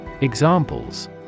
Examples